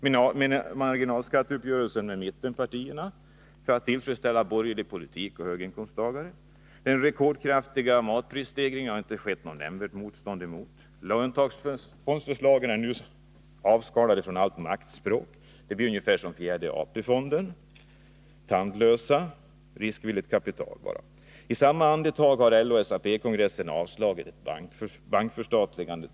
Marginalskatteuppgörelsen med mittenpartierna har träffats för att tillfredställa borgare och höginkomsttagare. De rekordkraftiga matprisstegringarna har inte rönt något nämnvärt motstånd från SAP. Löntagarfondsförslagen har nu skalats rena från allt maktspråk. Fonderna skall bli ungefär som fjärde AP-fonden — tandlösa — och de skall förse näringslivet med riskvilligt kapital. I samma andetag har både LO och SAP-kongresserna definitivt avslagit förslagen om bankförstatligande.